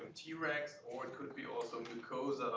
tregs, or it could be also